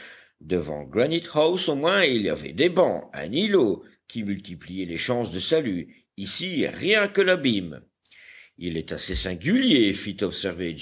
devant granite house au moins il y avait des bancs un îlot qui multipliaient les chances de salut ici rien que l'abîme il est assez singulier